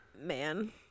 man